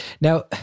Now